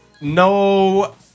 No